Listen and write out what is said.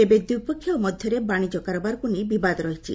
ଏବେ ଦ୍ୱିପକ୍ଷିୟ ମଧ୍ୟରେ ବାଣିଜ୍ୟ କାରବାରକୁ ନେଇ ବିବାଦ ରହିଛି